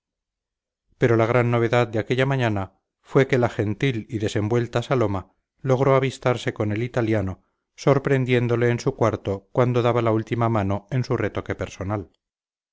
pero la gran novedad de aquella mañana fue que la gentil y desenvuelta saloma logró avistarse con el italiano sorprendiéndole en su cuarto cuando daba la última mano en su retoque personal